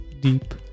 deep